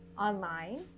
online